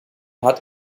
hat